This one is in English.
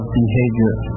behavior